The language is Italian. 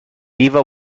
riva